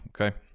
okay